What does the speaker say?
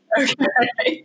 okay